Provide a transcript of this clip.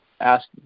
ask